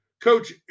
Coach